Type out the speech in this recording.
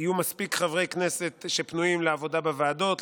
יהיו מספיק חברי כנסת שפנויים לעבודה בוועדות,